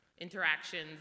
interactions